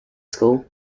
school